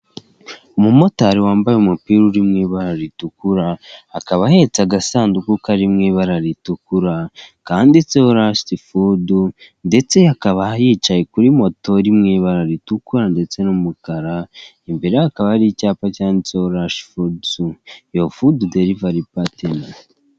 Umumotari wambaye umupira uri mu ibara ritukura, akaba ahetse agasanduku kari mu ibara ritukura, kanditseho rashifudu, ndetse akaba yicaye kuri moto mu ibara ritukura ndetse n'umukara imbere hakaba hari icyapa cyanditseho rashifudu yofu du delvari patena